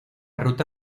ruta